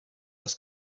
les